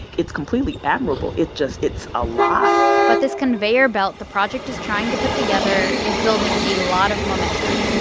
it's completely admirable. it's just, it's a lot but this conveyor belt the project is trying to put together is building a lot of momentum.